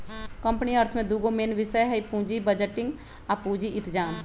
company अर्थ में दूगो मेन विषय हइ पुजी बजटिंग आ पूजी इतजाम